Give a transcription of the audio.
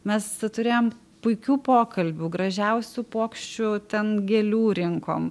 mes turėjom puikių pokalbių gražiausių puokščių ten gėlių rinkom